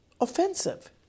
offensive